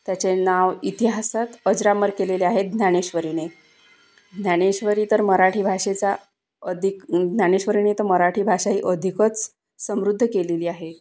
त्याचे नाव इतिहासात अजरामर केलेले आहे ज्ञानेश्वरीने ज्ञानेश्वरी तर मराठी भाषेचा अधिक ज्ञानेश्वरीने तर मराठी भाषा ही अधिकच समृद्ध केलेली आहे